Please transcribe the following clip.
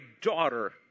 daughter